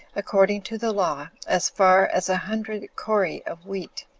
according to the law, as far as a hundred cori of wheat.